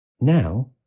Now